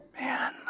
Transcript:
Man